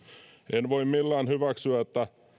en voi millään hyväksyä